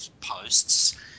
posts